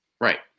right